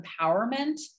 empowerment